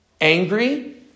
angry